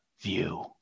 view